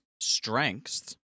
strengths